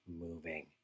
moving